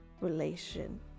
relation